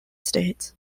states